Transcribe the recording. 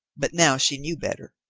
but now she knew better.